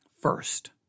First